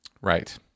Right